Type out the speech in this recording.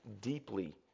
deeply